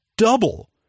double